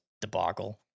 debacle